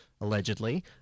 allegedly